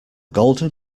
golden